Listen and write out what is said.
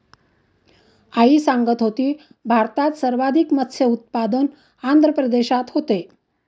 आई सांगत होती, भारतात सर्वाधिक मत्स्य उत्पादन आंध्र प्रदेशात होते